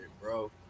bro